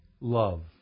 love